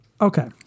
okay